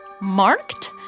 Marked